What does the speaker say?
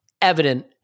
evident